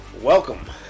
welcome